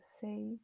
say